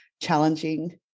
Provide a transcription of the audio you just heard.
challenging